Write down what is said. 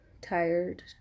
tired